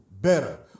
better